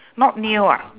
not nail ah